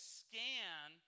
scan